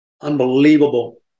unbelievable